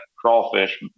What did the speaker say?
crawfish